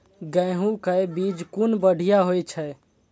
गैहू कै बीज कुन बढ़िया होय छै?